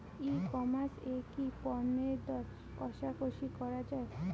ই commerce এ কি পণ্যের দর কশাকশি করা য়ায়?